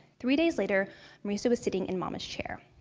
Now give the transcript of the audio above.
three days later mauricio was sitting in mama's chair.